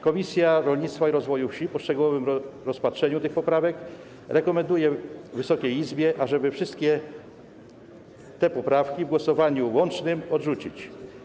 Komisja Rolnictwa i Rozwoju Wsi po szczegółowym rozpatrzeniu tych poprawek rekomenduje Wysokiej Izbie, ażeby wszystkie te poprawki w głosowaniu łącznym odrzucić.